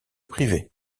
privés